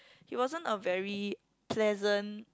he wasn't a very pleasant